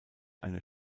eine